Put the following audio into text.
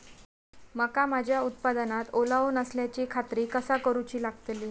मका माझ्या उत्पादनात ओलावो नसल्याची खात्री कसा करुची लागतली?